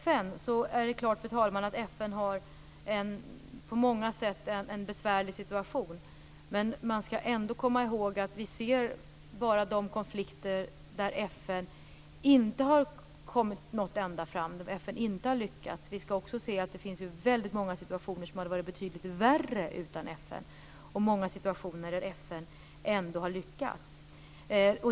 Fru talman! FN har på många sätt en besvärlig situation. Men man skall komma ihåg att vi bara ser de konflikter där FN inte lyckats nå ända fram. Det finns många situationer som hade varit betydligt värre utan FN och många situationer där FN har lyckats.